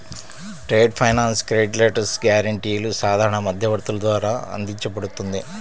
trade finance credit letters, గ్యారెంటీలు సాధారణ మధ్యవర్తుల ద్వారా అందించబడుతుంది